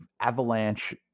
avalanche